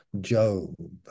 job